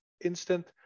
instant